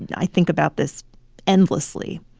and i think about this endlessly